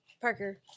Parker